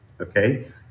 Okay